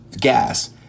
gas